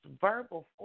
verbal